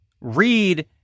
read